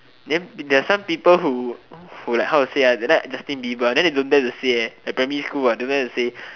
then there are some people who who like how to say ah they like Justin Bieber then they don't dare to say eh like primary school what don't dare to say